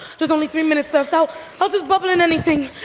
there's only three minutes left so i'll just bubble in anything.